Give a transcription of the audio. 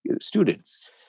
students